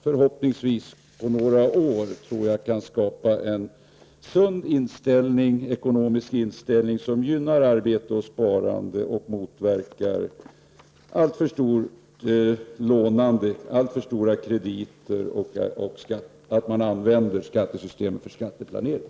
Förhoppningsvis kan det här skattesystemet på några år skapa en sund ekonomisk inställning som gynnar arbete och sparande och motverkar ett alltför stort lånande, alltför stora krediter och att man använder skattesystemet för skatteplanering.